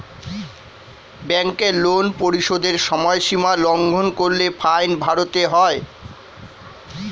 ব্যাংকের লোন পরিশোধের সময়সীমা লঙ্ঘন করলে ফাইন ভরতে হয়